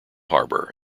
harbour